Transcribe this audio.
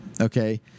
Okay